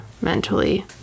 mentally